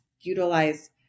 utilize